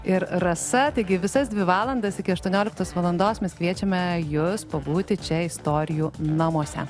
ir rasa taigi visas dvi valandas iki aštuonioliktos valandos mes kviečiame jus pabūti čia istorijų namuose